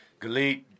Galit